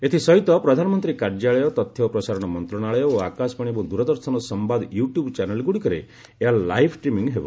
ଏଥିସହିତ ପ୍ରଧାନମନ୍ତ୍ରୀ କାର୍ଯ୍ୟାଳୟ ତଥ୍ୟ ଓ ପ୍ରସାରଣ ମନ୍ତ୍ରଶାଳୟ ଓ ଆକାଶବାଣୀ ଏବଂ ଦୂରଦର୍ଶନ ସମ୍ଭାଦ ୟୁଟ୍ୟୁବ୍ ଚ୍ୟାନେଲ୍ଗୁଡ଼ିକରେ ଏହାର ଲାଇଭ୍ ଷ୍ଟ୍ରିମିଂ ହେବ